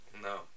No